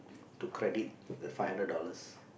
to credit the five hundred dollars